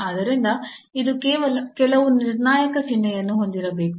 ಆದ್ದರಿಂದ ಇದು ಕೆಲವು ನಿರ್ಣಾಯಕ ಚಿಹ್ನೆಯನ್ನು ಹೊಂದಿರಬೇಕು